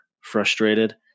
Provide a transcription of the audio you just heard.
frustrated